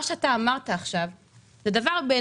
מה שאמרת עכשיו עובר את